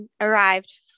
arrived